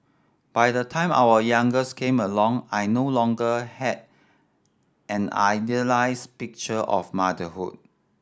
by the time our youngest came along I no longer had an idealised picture of motherhood